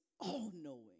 all-knowing